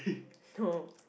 so